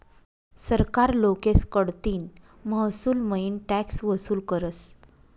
सरकार लोकेस कडतीन महसूलमईन टॅक्स वसूल करस